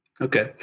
Okay